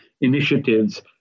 initiatives